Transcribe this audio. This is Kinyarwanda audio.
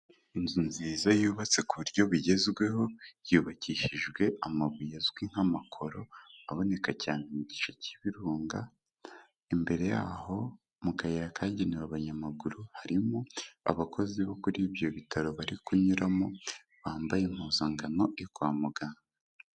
Inzu nziza yubatse ku buryo bugezweho, yubakishijwe amabuye azwi nk'amakoro aboneka cyane mu gice cy'ibirunga, imbere y'aho mu kayira kagenewe abanyamaguru harimo abakozi bo kuri ibyo bitaro bari kunyuramo bambaye impuzankano yo kwa muganga.